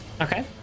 Okay